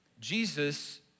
Jesus